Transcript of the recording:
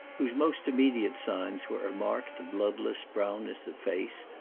whose most immediate signs were a marked bloodless brownness of face,